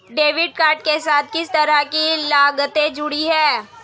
Debit card के साथ किस तरह की लागतें जुड़ी हुई हैं?